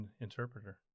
Interpreter